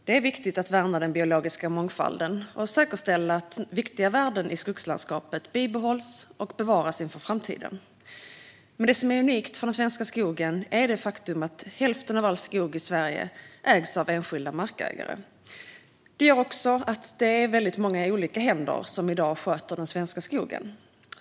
Det är viktigt att värna den biologiska mångfalden och att säkerställa att viktiga värden i skogslandskapet bibehålls och bevaras inför framtiden. Men det som är unikt för den svenska skogen är det faktum att hälften av all skog i Sverige ägs av enskilda markägare. Det gör också att det är många olika händer som i dag sköter den svenska skogen.